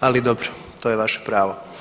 ali dobro, to je je vaše pravo.